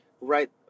right